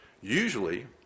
Usually